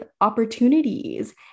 opportunities